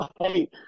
Hey